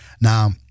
now